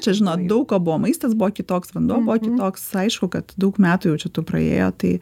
čia žinot daug ko buvo maistas buvo kitoks vanduo buvo kitoks aišku kad daug metų jau čia tų praėjo tai